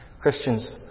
Christians